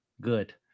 Good